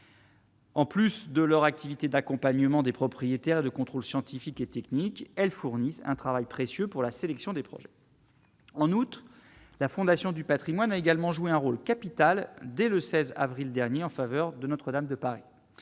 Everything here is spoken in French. En plus de leur activité d'accompagnement des propriétaires de contrôle scientifique et technique, elles fournissent un travail précieux pour la sélection des projets. En août, la Fondation du Patrimoine, a également joué un rôle capital dès le 16 avril dernier en faveur de Notre-Dame de Paris,